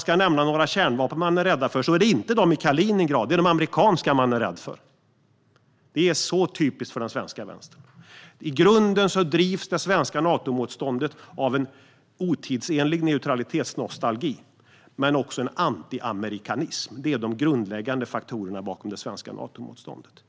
ska nämna vilka kärnvapen de är rädda för är det inte de ryska i Kaliningrad som de nämner, utan det är de amerikanska. Det är så typiskt för den svenska vänstern. I grunden drivs det svenska Natomotståndet av en otidsenlig neutralitetsnostalgi och av en antiamerikanism. Det är de grundläggande faktorerna bakom det svenska Natomotståndet.